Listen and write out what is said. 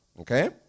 Okay